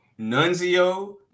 Nunzio